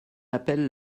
appelle